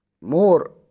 more